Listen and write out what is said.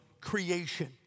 creation